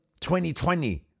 2020